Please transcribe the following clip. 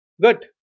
good